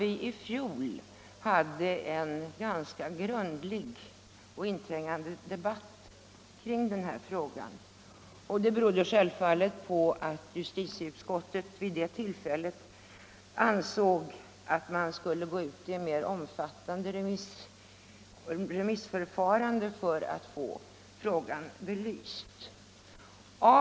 I fjol hade vi en ganska grundlig och inträngande debatt kring denna fråga, och det berodde självfallet på att justitieutskottet vid det tillfället ansåg att man skulle ha ett mer omfattande remissförfarande för att få frågan belyst.